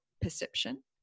perception